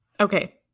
Okay